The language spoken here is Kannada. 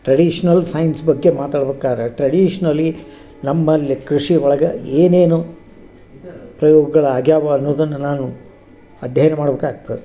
ಟ್ರೆಡಿಶ್ನಲ್ ಸೈನ್ಸ್ ಬಗ್ಗೆ ಮಾತಾಡ್ಬೇಕಾದ್ರೆ ಟ್ರೆಡಿಶ್ನಲಿ ನಮ್ಮಲ್ಲಿ ಕೃಷಿ ಒಳಗೆ ಏನೇನು ಪ್ರಯೋಗ್ಗಳು ಆಗ್ಯಾವ ಅನ್ನೋದನ್ನು ನಾನು ಅಧ್ಯಯನ ಮಾಡ್ಬೇಕಾಗ್ತದೆ